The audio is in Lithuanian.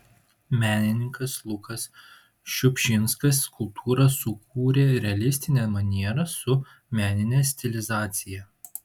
menininkas lukas šiupšinskas skulptūrą sukūrė realistine maniera su menine stilizacija